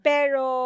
Pero